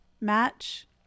match